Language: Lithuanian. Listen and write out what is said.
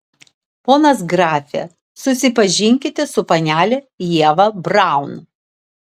ponas grafe susipažinkite su panele ieva braun